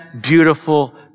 beautiful